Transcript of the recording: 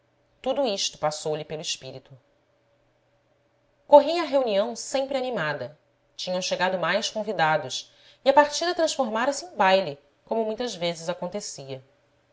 tudo isto passou-lhe pelo espírito corria a reunião sempre animada tinham chegado mais convidados e a partida transformara-se em baile como muitas vezes acontecia